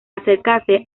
acercarse